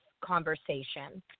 conversation